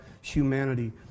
humanity